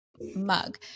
mug